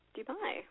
Dubai